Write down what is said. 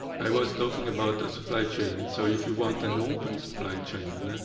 i was talking about a supply chain. and so if you want an open supply chain,